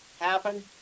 happen